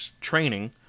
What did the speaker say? training